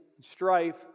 strife